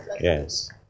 Yes